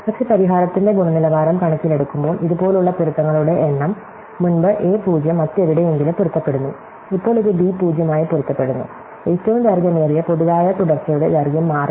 പക്ഷേ പരിഹാരത്തിന്റെ ഗുണനിലവാരം കണക്കിലെടുക്കുമ്പോൾ ഇതുപോലുള്ള പൊരുത്തങ്ങളുടെ എണ്ണം മുമ്പ് a 0 മറ്റെവിടെയെങ്കിലും പൊരുത്തപ്പെടുന്നു ഇപ്പോൾ ഇത് ബി 0 മായി പൊരുത്തപ്പെടുന്നു ഏറ്റവും ദൈർഘ്യമേറിയ പൊതുവായ തുടർച്ചയുടെ ദൈർഘ്യം മാറില്ല